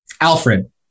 Alfred